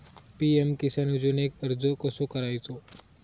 PM किसान योजनेक अर्ज कसो करायचो?